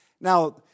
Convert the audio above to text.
Now